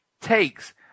takes